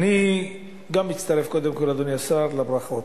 אני גם מצטרף, קודם כול, אדוני השר, לברכות.